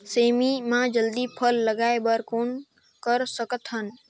सेमी म जल्दी फल लगाय बर कौन कर सकत हन?